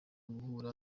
guhura